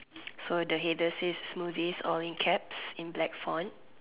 so the header says smoothies all in caps in black font